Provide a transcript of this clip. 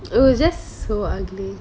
it was just so ugly